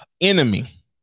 enemy